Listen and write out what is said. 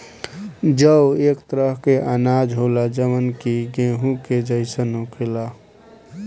जौ एक तरह के अनाज होला जवन कि गेंहू के जइसन होखेला